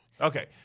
okay